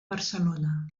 barcelona